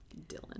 Dylan